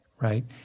right